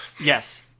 Yes